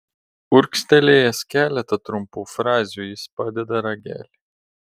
urgztelėjęs keletą trumpų frazių jis padeda ragelį